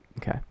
Okay